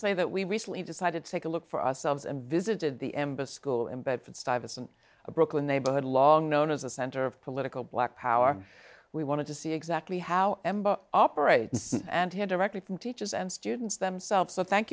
say that we recently decided to take a look for ourselves and visited the embassy school in bedford stuyvesant a brooklyn neighborhood long known as a center of political black power we wanted to see exactly how operates and hear directly from teachers and students themselves thank